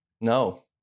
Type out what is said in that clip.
No